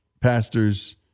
pastors